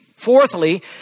Fourthly